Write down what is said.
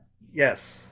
yes